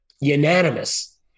unanimous